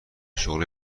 شغلی